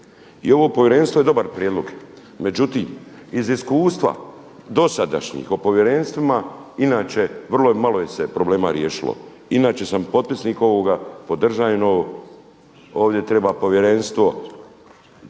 I ovo povjerenstvo je dobar prijedlog. Međutim, iz iskustva dosadašnjih o povjerenstvima inače vrlo malo se problema riješilo. Inače sam potpisnik ovoga, podržavam ovo, ovdje treba povjerenstvo